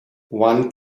one